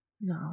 No